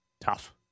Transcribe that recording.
tough